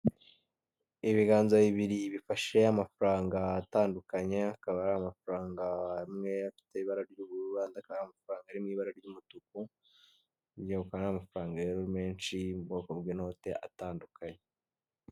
Ibiganza bibiri bifashe amafaranga atandukanye akaba ari amafaranga amwe afite ibara ry'ubururu, andi akaba ari amafaranga ari mu ibara ry'umutuku hirya yaho hakaba hari amafaranga rero menshi mu bwoko bw'inote atandukanye.